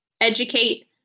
educate